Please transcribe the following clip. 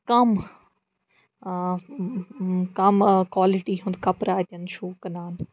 کَم کَم کالِٹی ہُنٛد کَپرٕ اَتٮ۪ن چھُو کٕنان